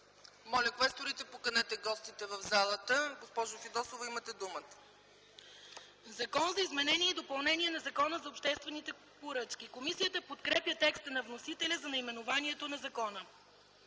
Моля, квесторите, поканете гостите в залата. Госпожо Фидосова, имате думата. ДОКЛАДЧИК ИСКРА ФИДОСОВА: „Закон за изменение и допълнение на Закона за обществените поръчки”. Комисията подкрепя текста на вносителя за наименованието на закона.